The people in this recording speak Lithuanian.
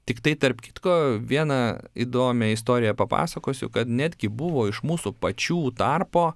tiktai tarp kitko vieną įdomią istoriją papasakosiu kad netgi buvo iš mūsų pačių tarpo